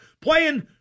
playing